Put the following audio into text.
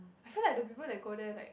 I feel like the people that go there like